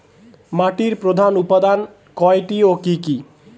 মাটির প্রধান উপাদান কয়টি ও কি কি?